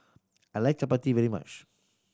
I like chappati very much